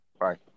bye